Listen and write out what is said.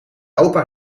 opa